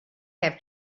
have